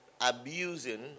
abusing